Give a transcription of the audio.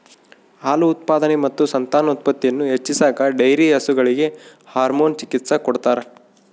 ಹಾಲು ಉತ್ಪಾದನೆ ಮತ್ತು ಸಂತಾನೋತ್ಪತ್ತಿಯನ್ನು ಹೆಚ್ಚಿಸಾಕ ಡೈರಿ ಹಸುಗಳಿಗೆ ಹಾರ್ಮೋನ್ ಚಿಕಿತ್ಸ ಕೊಡ್ತಾರ